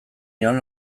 nion